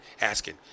asking